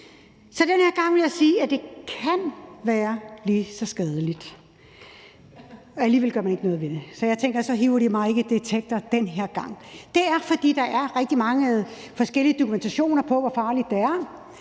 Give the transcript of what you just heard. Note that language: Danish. Så den her gang vil jeg sige, at det kan være lige så skadeligt, og alligevel gør man ikke noget ved det. Så tænker jeg, at så hiver de mig ikke i Detektor den her gang. Der er rigtig meget forskellig dokumentation for, hvor farligt det er,